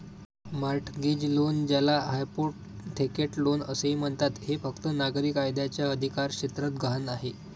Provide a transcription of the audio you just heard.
mortgage loan, ज्याला hypothecate loan असेही म्हणतात, हे फक्त नागरी कायद्याच्या अधिकारक्षेत्रात गहाण आहे